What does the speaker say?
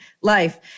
life